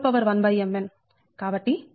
1mn